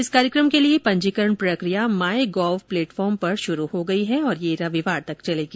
इस कार्यक्रम के लिए पंजीकरण प्रक्रिया माईगोव प्लेटफॉर्म पर शुरू हो गई है और यह रविवार तक चलेगी